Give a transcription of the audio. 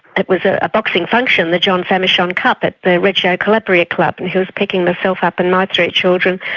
it was a boxing function, the john famechon cup at the reggio calabria club, and he was picking myself up and my three children.